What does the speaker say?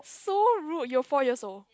so rude you were four years old